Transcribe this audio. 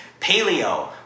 paleo